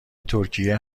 ترکیه